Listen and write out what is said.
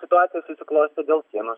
situacija susiklostė dėl sienos